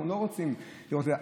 אנחנו לא רוצים לראות את זה.